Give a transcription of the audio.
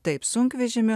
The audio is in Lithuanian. taip sunkvežimiu